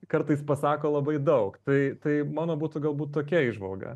kartais pasako labai daug tai tai mano būtų galbūt tokia įžvalga